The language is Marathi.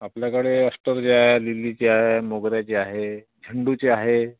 आपल्याकडे अष्टरचे आहे लिलीचे आहे मोगऱ्याचे आहे झेंडूचे आहे